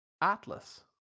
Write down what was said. Atlas